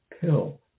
pill